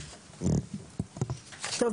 טוב,